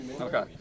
Okay